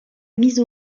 mise